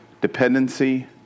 dependency